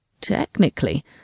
Technically